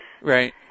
Right